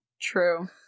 True